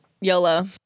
YOLO